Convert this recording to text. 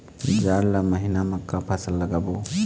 जाड़ ला महीना म का फसल लगाबो?